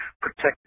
protect